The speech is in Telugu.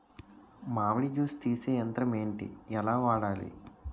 మామిడి జూస్ తీసే యంత్రం ఏంటి? ఎలా వాడాలి?